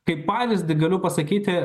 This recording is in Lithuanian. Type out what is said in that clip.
kaip pavyzdį galiu pasakyti